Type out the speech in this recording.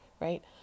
right